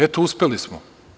Eto, uspeli smo.